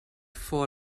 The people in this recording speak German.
vor